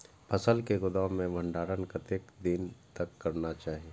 फसल के गोदाम में भंडारण कतेक दिन तक करना चाही?